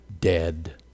dead